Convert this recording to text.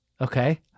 Okay